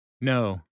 no